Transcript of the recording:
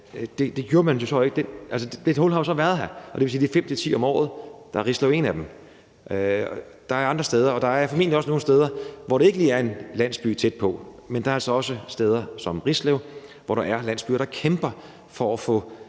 stor forståelse for. Men det hul har jo så været her; det er fem til ti om året, og der er Rislev et af dem. Der er andre steder, og der er formentlig også nogle steder, hvor der ikke lige er en landsby tæt på, men der er altså også steder som Rislev, hvor landsbyer kæmper for at